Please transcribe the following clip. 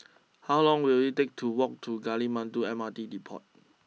how long will it take to walk to Gali Batu M R T Depot